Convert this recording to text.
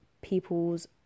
people's